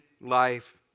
life